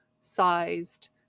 sized